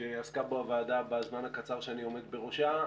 שעסקה בו הוועדה בזמן הקצר שאני עומד בראשה,